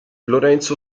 lorenzo